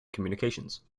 communications